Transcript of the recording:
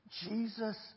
Jesus